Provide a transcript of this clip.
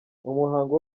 umuhango